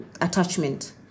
Attachment